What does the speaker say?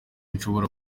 nshobora